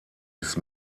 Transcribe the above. ist